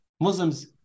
Muslims